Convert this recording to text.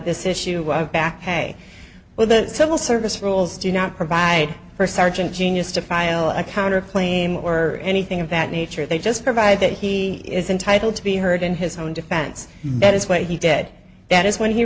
this issue of baquet where the civil service rules do not provide for sergeant genius to file a counter claim or anything of that nature they just provide that he is entitled to be heard in his own defense that is what he dead that is when he